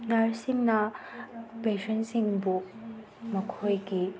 ꯅꯔꯁꯁꯤꯡꯅ ꯄꯦꯁꯦꯟꯁꯤꯡꯕꯨ ꯃꯈꯣꯏꯒꯤ